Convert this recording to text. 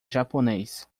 japonês